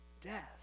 death